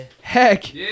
Heck